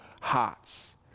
Hearts